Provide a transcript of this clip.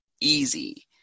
easy